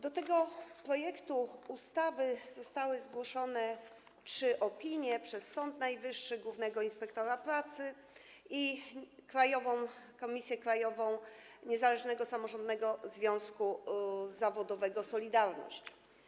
Do tego projektu ustawy zostały zgłoszone trzy opinie: Sądu Najwyższego, Głównego Inspektora Pracy i Komisji Krajowej Niezależnego Samorządnego Związku Zawodowego „Solidarność”